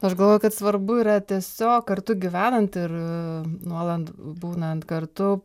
aš galvoju kad svarbu yra tiesiog kartu gyvenant ir nuolat būnant kartu